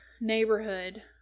neighborhood